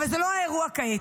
אבל זה לא האירוע כעת.